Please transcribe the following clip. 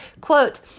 quote